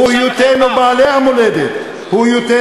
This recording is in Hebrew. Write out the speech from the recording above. אם היה אופייה גזעני, לא היית בכנסת בכלל.